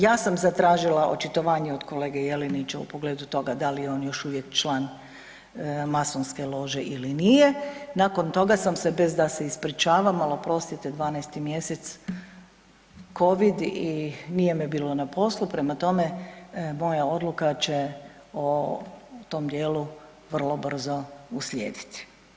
Ja sam zatražila očitovanje od kolege Jelenića u pogledu toga da li je on još uvijek član masonske lože ili nije, nakon toga sam se, bez da se ispričavam, ali oprostite, 12. mjesec, Covid i nije me bilo na poslu, prema tome, moja odluka će o tom dijelu vrlo brzo uslijediti.